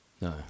No